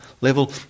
level